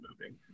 moving